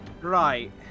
Right